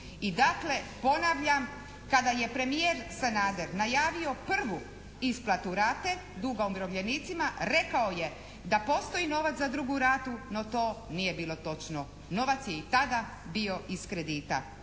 i dakle ponavljam kada je premijer Sanader najavio prvu isplatu rate duga umirovljenicima rekao je da postoji novac za drugu ratu no to nije bilo točno. Novac je i tada bio iz kredita.